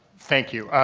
thank you.